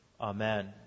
Amen